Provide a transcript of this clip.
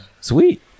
Sweet